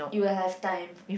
you'll have time